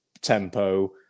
tempo